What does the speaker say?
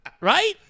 right